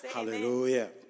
Hallelujah